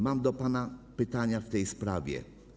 Mam do pana pytania w tej sprawie.